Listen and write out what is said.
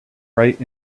right